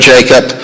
Jacob